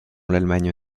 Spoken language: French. l’allemagne